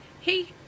hey